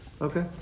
Okay